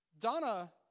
Donna